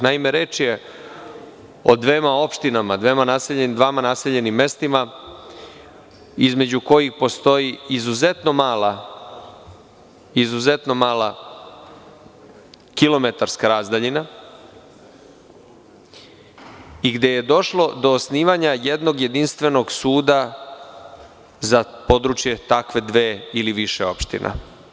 Naime, reč je o dvema opštinama, dvama naseljenim mestima, između kojih postoji izuzetno mala kilometarska razdaljina i gde je došlo do osnivanja jednog jedinstvenog suda za područje takve dve, ili više opština.